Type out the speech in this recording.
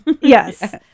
yes